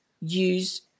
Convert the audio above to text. use